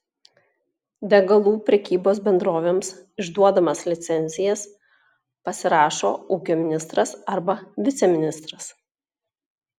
degalų prekybos bendrovėms išduodamas licencijas pasirašo ūkio ministras arba viceministras